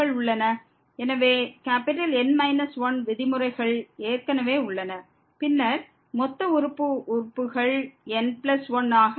எனவே N 1 விதிமுறைகள் ஏற்கனவே உள்ளன பின்னர் மொத்த உறுப்பு உறுப்புகள் n1 ஆக இருந்தன